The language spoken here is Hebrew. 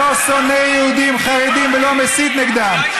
שלא שונא יהודים חרדים ולא מסית נגדם.